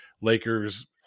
Lakers